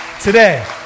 today